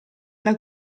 alla